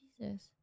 Jesus